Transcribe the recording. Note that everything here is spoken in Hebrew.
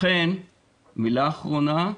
מילה אחרונה,